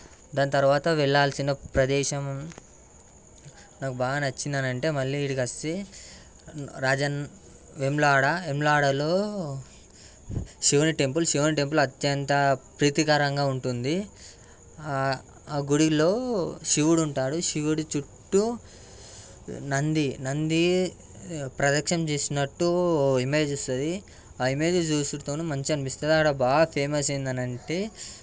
దాని తర్వాత వెళ్ళాల్సిన ప్రదేశం నాకు బాగా నచ్చింది అని అంటే మళ్ళీ ఈడకి వస్తే రాజన్ వేములవాడ వేములవాడలో శివుని టెంపుల్ శివుని టెంపుల్ అత్యంత ప్రీతికరంగా ఉంటుంది ఆ గుడిలో శివుడు ఉంటాడు శివుడు చుట్టు నంది నంది ప్రదక్షిణం చేసినట్టు ఇమేజ్ వస్తుంది ఆ ఇమేజ్ చూసి తోను మంచిగా అనిపిస్తుంది ఆడ బాగా ఫేమస్ ఏంది అని అంటే